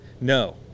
No